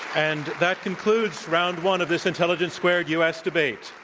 and that concludes round one of this intelligence squared u. s. debate.